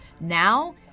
Now